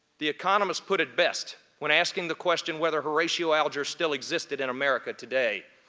the economists put it best when asking the question whether horatio alger still existed in america today.